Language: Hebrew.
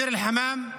ביר אל-חמאם,